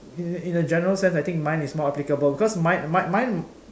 in in a general sense I think mine is more applicable cause mine mine mine